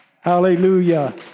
Hallelujah